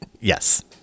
Yes